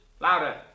Louder